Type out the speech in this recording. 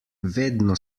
vedno